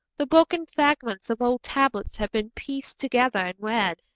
the broken fragments of old tablets have been pieced together and read,